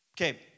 Okay